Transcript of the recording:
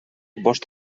bost